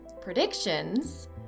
predictions